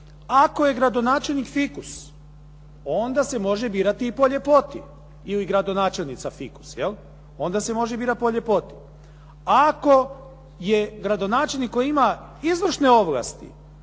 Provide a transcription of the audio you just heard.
Ako je gradonačelnik fikus onda se može birati i po ljepoti ili gradonačelnica fikus, onda se može birati po ljepoti. Ako je gradonačelnik koji ima izvršne ovlasti